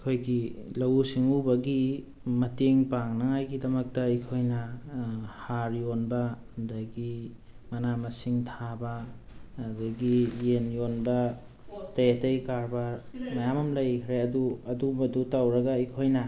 ꯑꯩꯈꯣꯏꯒꯤ ꯂꯧꯎ ꯁꯤꯡꯎꯕꯒꯤ ꯃꯇꯦꯡ ꯄꯥꯡꯅꯉꯥꯏꯒꯤꯗꯃꯛꯇ ꯑꯩꯈꯣꯏꯅ ꯍꯥꯔ ꯌꯣꯟꯕ ꯑꯗꯒꯤ ꯃꯅꯥ ꯃꯁꯤꯡ ꯊꯥꯕ ꯑꯗꯒꯤ ꯌꯦꯟ ꯌꯣꯟꯕ ꯑꯇꯩ ꯑꯇꯩ ꯀꯥꯔꯕꯥꯔ ꯃꯌꯥꯝ ꯑꯃ ꯂꯩꯈ꯭ꯔꯦ ꯑꯗꯨ ꯑꯗꯨꯝꯕꯗꯨ ꯇꯧꯔꯒ ꯑꯩꯈꯣꯏꯅ